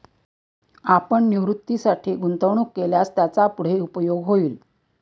आपण निवृत्तीसाठी गुंतवणूक केल्यास त्याचा पुढे उपयोग होईल